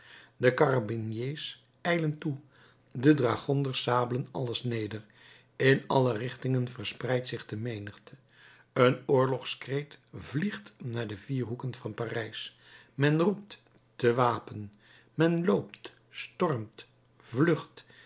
de karabiniers ijlen toe de dragonders sabelen alles neder in alle richtingen verspreidt zich de menigte een oorlogskreet vliegt naar de vier hoeken van parijs men roept te wapen men loopt stormt vlucht